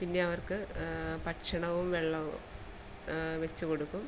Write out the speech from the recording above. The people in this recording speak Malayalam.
പിന്നെ അവർക്ക് ഭക്ഷണവും വെള്ളവും വെച്ച് കൊടുക്കും